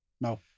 No